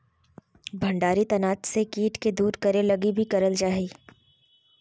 भंडारित अनाज से कीट के दूर करे लगी भी करल जा हइ